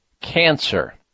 cancer